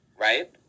Right